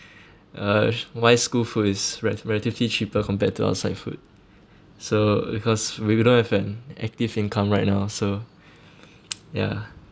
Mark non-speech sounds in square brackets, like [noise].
uh why school food is re~ relatively cheaper compared to outside food so because we we don't have an active income right now so [noise] ya